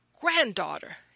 granddaughter